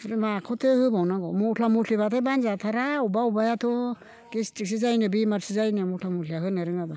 ओमफ्राय माखौथो होबावनांगौ मस्ला मस्लिबाथाय बानजाथारा बबेबा बबेबायाथ' गेसट्रिकसो जायोनो बेमारसो जायोनो मस्ला मस्लिया होनो रोङाबा